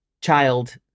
child